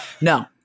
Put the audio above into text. no